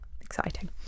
Exciting